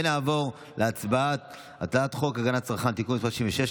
נעבור להצבעה על הצעת חוק הגנת הצרכן (תיקון מס' 66),